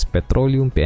Petroleum